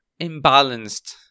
imbalanced